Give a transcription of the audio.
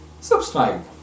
subscribe